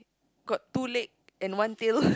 got two leg and one tail